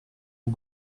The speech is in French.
aux